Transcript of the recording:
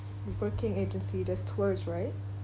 booking agency just tours right